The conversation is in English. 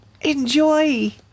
enjoy